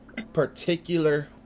Particular